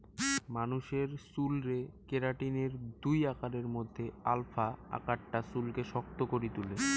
মানুষের চুলরে কেরাটিনের দুই আকারের মধ্যে আলফা আকারটা চুলকে শক্ত করি তুলে